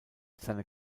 seine